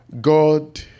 God